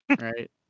right